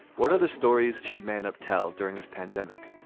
what other stories should man up tell during this pandemic?